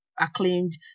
acclaimed